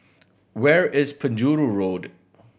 where is Penjuru Road